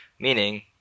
Meaning